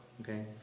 okay